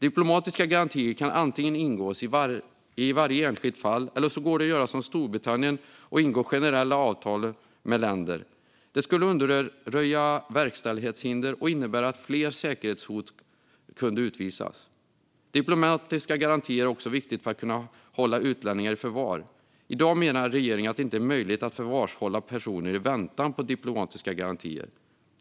Diplomatiska garantier kan antingen ingås i varje enskilt fall, eller så går det att göra som Storbritannien och ingå generella avtal med länder. Det skulle undanröja verkställighetshinder och innebära att fler säkerhetshot kunde utvisas. Diplomatiska garantier är också viktigt för att kunna hålla utlänningar i förvar. I dag menar regeringen att det inte är möjligt att förvarshålla personer i väntan på diplomatiska garantier.